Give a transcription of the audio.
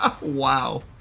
Wow